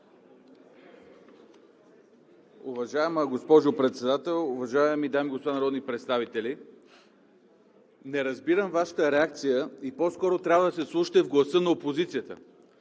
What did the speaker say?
Уважаема госпожо Председател, уважаеми дами и господа народни представители! Не разбирам Вашата реакция – по-скоро трябва да се вслушате в гласа на опозицията!